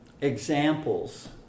examples